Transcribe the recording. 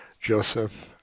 Joseph